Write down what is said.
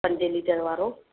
पंज लीटर वारो